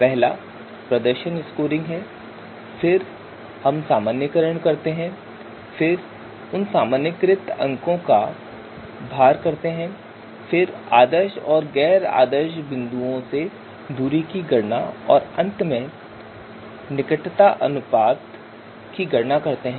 पहला प्रदर्शन स्कोरिंग है फिर हम सामान्यीकरण करते हैं फिर उन सामान्यीकृत अंकों का भार फिर आदर्श और गैर आदर्श बिंदुओं से दूरी की गणना और फिर अंत में निकटता अनुपात की गणना करते हैं